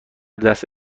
دست